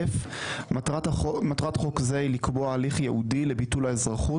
(1א)מטרה מטרת חוק זה היא לקבוע הליך ייעודי לביטול האזרחות